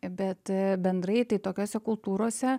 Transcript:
bet bendrai tai tokiose kultūrose